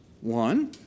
One